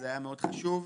זה היה מאוד חשוב.